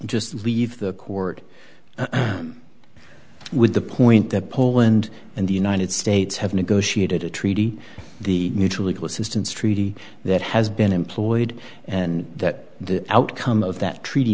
just leave the court with the point that poland and the united states have negotiated a treaty the neutral legal assistance treaty that has been employed and that the outcome of that treaty